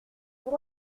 vous